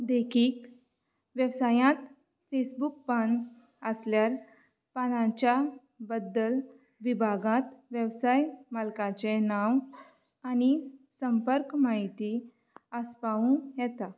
देखीक वेवसायांत फेसबूक पान आसल्यार पानांच्या बद्दल विभागांत वेवसाय मालकाचें नांव आनी संपर्क म्हायती आसपावूं येता